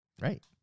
Right